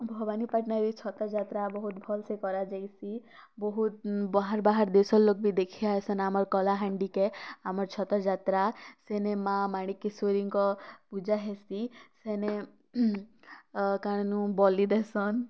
ଭବାନୀପାଟ୍ଣାରେ ଛତର୍ ଯାତ୍ରା ବହୁତ୍ ଭଲ୍ସେ କରାଯାଏସି ବହୁତ୍ ଉଁ ବାହାର୍ ବାହାର୍ ଦେଶର୍ ଲୋକ୍ ବି ଦେଖି ଆଏସନ୍ ଆମର୍ କଳାହାଣ୍ଡିକେ ଆମର୍ ଛତର୍ ଯାତ୍ରା ସେନେ ମାଁ ମାଣିକେଶ୍ଵରୀଙ୍କ ପୂଜା ହେସି ସେନେ ତ କାଣାନୁ ବଳି ଦେସନ୍